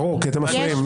ברור, כי אתם מפריעים.